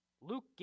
Luke